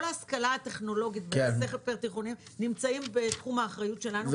כל ההשכלה הטכנולוגית בנושא נמצאת בתחום האחריות שלנו.